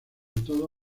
todo